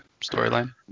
storyline